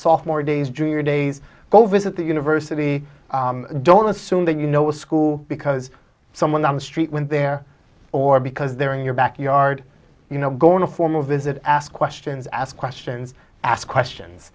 software days or days go visit the university don't assume that you know a school because someone on the street when they're or because they're in your backyard you know going to form a visit ask questions ask questions ask questions